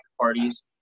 parties